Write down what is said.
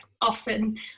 Often